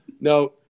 no